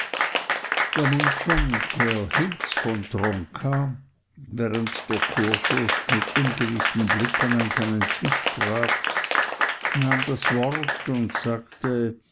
von tronka während der kurfürst mit ungewissen blicken an seinen tisch trat nahm das wort und sagte